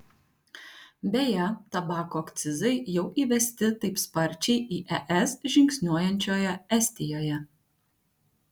beje tabako akcizai jau įvesti taip sparčiai į es žingsniuojančioje estijoje